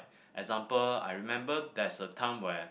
example I remember there's a time where